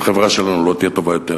והחברה שלנו לא תהיה טובה יותר.